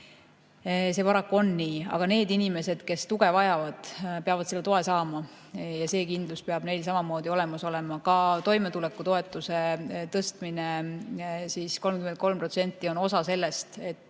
See paraku on nii. Aga need inimesed, kes tuge vajavad, peavad tuge saama. See kindlus peab neil samamoodi olemas olema. Ka toimetulekutoetuse piiri tõstmine 33% on osa sellest, et